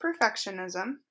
perfectionism